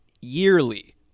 yearly